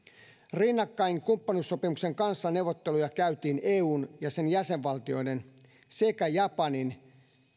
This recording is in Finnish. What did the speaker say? rinnakkain kumppanuussopimuksen kanssa neuvotteluja käytiin eun ja sen jäsenvaltioiden sekä japanin